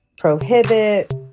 Prohibit